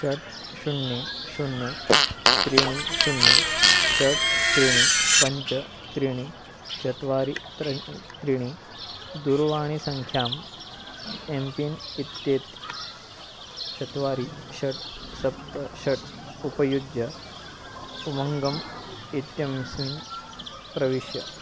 षट् शून्यं शून्यं त्रीणि शून्यं षट् त्रीणि पञ्च त्रीणि चत्वारि त्रीणि त्रीणि दूरवाणीसङ्ख्याम् एम् पिन् इत्येतत् चत्वारि षट् सप्त षट् उपयुज्य उमङ्गम् इत्यस्मिन् प्रविश्य